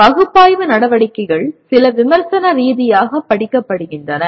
இப்போது பகுப்பாய்வு நடவடிக்கைகள் சில விமர்சன ரீதியாகப் படிக்கப்படுகின்றன